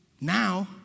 Now